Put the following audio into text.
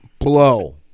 blow